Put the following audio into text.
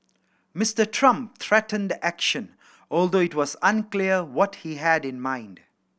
Mister Trump threatened action although it was unclear what he had in mind